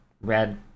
red